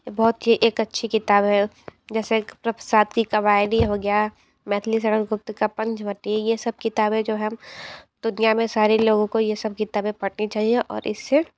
बहुत ही एक अच्छी किताब है जैसे शाद कबाएदी हो गया मैथिलीशरण गुप्त का पंचवटी ये सब किताबें जो है दुनिया में सारे लोगों को ये सब किताबें पढ़नी चाहिए और इससे